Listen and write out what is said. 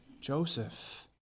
Joseph